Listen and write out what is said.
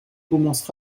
commencent